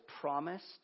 promised